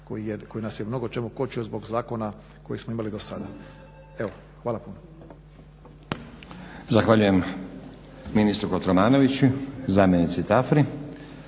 koji nas je mnogo čemu kočio zbog zakona koje smo imali do sada. Evo hvala puno.